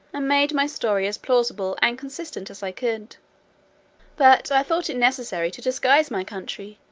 and made my story as plausible and consistent as i could but i thought it necessary to disguise my country,